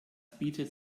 bietet